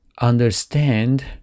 understand